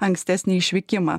ankstesnį išvykimą